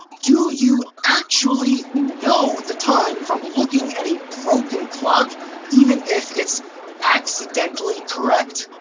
do you actually know the time from looking at a broken clock even if it's accidentally correct?